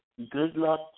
Goodluck